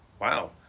wow